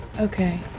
Okay